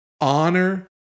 honor